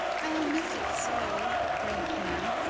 i'll miss it so, grieved anne.